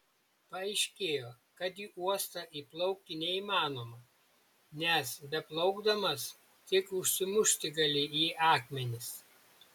paaiškėjo kad į uostą įplaukti neįmanoma nes beplaukdamas tik užsimušti gali į akmenis